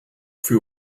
für